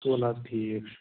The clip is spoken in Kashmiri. تُل حظ ٹھیٖک چھُ